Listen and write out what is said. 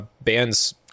bands